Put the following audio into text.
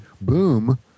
boom